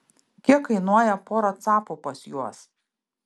kiek kainuoja pora capų pas juos